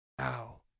Ow